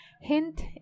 Hint